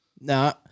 No